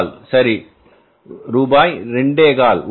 25 சரி ரூபாய் 2